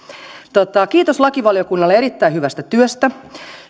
kiitos lakivaliokunnalle erittäin hyvästä työstä